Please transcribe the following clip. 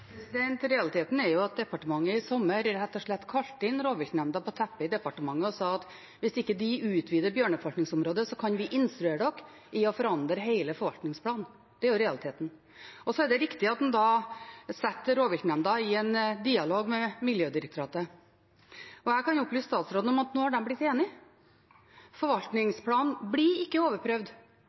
Realiteten er at departementet i sommer rett og slett kalte inn rovviltnemnda på teppet og sa at hvis de ikke utvider bjørneforvaltningsområdet, kan departementet instruere dem om å forandre hele forvaltningsplanen. Det er realiteten. Så er det riktig at en da satte rovviltnemnda i en dialog med Miljødirektoratet, og jeg kan opplyse statsråden om at nå har de blitt enige. Forvaltningsplanen blir ikke overprøvd,